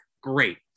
Great